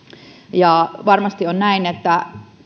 varmasti on näin että